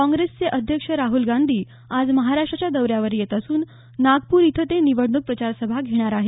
काँग्रेसचे अध्यक्ष राहल गांधी आज महाराष्ट्राच्या दौऱ्यावर येत असून नागपूर इथं ते निवडणूक प्रचार सभा घेणार आहेत